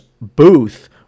booth